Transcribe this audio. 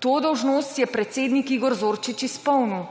To dolžnost je predsednik Igor Zorčič izpolnil.